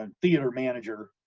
and theater manager,